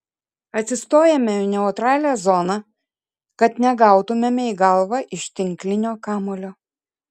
atsistojame į neutralią zoną kad negautumėme į galvą iš tinklinio kamuolio